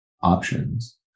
options